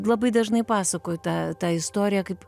labai dažnai pasakoju tą tą istoriją kaip